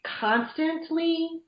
constantly